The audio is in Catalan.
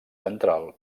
central